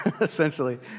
essentially